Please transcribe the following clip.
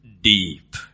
deep